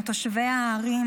הערים,